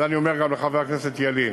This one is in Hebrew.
זה אני אומר גם לחבר הכנסת ילין,